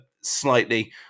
slightly